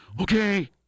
Okay